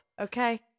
okay